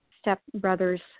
stepbrother's